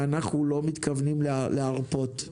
ואנחנו לא מתכוונים להרפות.